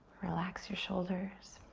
relax your shoulders.